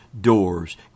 doors